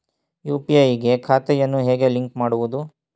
UPI ಗೆ ಖಾತೆಯನ್ನು ಹೇಗೆ ಲಿಂಕ್ ಮಾಡುವುದು?